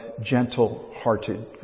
gentle-hearted